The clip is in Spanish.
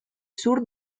sur